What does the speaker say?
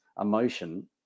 emotion